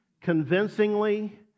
convincingly